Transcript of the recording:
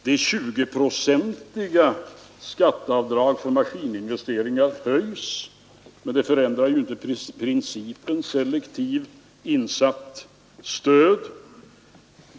Det 20-procentiga skatteavdraget för maskininvesteringar höjs, men det förändrar inte principen selektivt insatt stöd.